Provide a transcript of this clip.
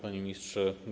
Panie Ministrze!